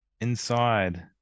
inside